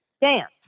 dance